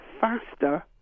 faster